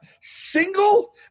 single